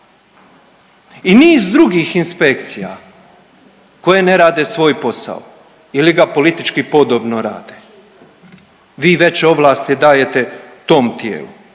I niz drugih inspekcija koje ne rade svoj posao ili ga politički podobno rade, vi veće ovlasti dajete tom tijelu.